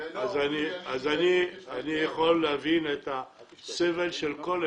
אני יכול להבין את הסבל של כל אחד.